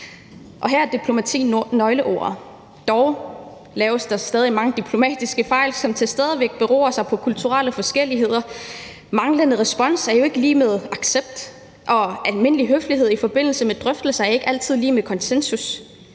her er diplomati nøgleordet. Dog laves der stadig mange diplomatiske fejl, som til stadighed beror på kulturelle forskelligheder. Manglende respons er jo ikke lig med accept, og almindelig høflighed i forbindelse med drøftelser er ikke altid lig med konsensus.